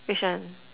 which one